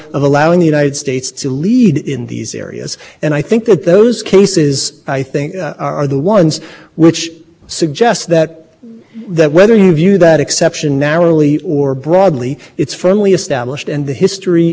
so we're done the court went into the article three analysis that i discussed with judge table and obviously you can take from that different things but i think the one thing you can't take from that is the mere fact that there's a constitutional challenge to the assignment of jurisdiction to another forum